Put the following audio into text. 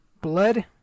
Blood